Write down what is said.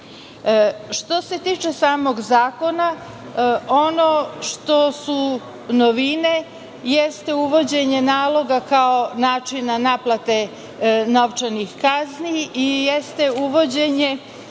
se tiče samog zakona, ono što su novine, jeste uvođenje naloga kao načina naplate novčanih kazni i jeste uvođenje